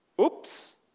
Oops